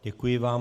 Děkuji vám.